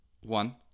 One